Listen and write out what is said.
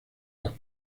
las